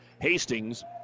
Hastings